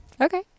okay